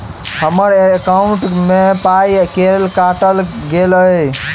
हम्मर एकॉउन्ट मे पाई केल काटल गेल एहि